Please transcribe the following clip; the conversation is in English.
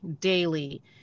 daily